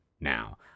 now